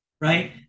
right